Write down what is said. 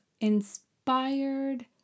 inspired